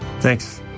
Thanks